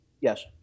Yes